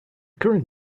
current